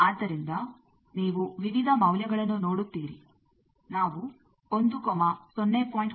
ಆದ್ದರಿಂದ ನೀವು ವಿವಿಧ ಮೌಲ್ಯಗಳನ್ನು ನೋಡುತ್ತೀರಿ ನಾವು 1 0